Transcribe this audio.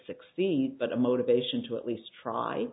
succeed but the motivation to at least try